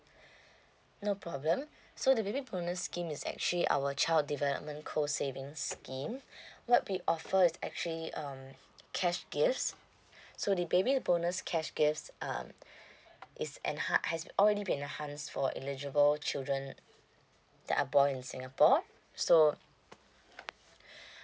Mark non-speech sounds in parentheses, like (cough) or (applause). (breath) no problem so the baby bonus scheme is actually our child development co savings scheme (breath) what we offer is actually um cash gifts (breath) so the baby bonus cash gifts um (breath) is enhan~ has already been enhanced for eligible children that are born in singapore so (breath)